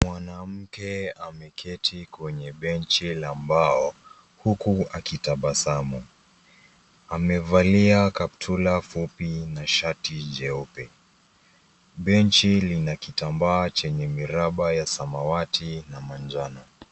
Mwanamke ameketi kwenye bench la mbao huku akitabasamu. Amevalia kaptula fupi na shati nyeupe. Bench lina kitambaa chenye miraba ya samawati na manjano.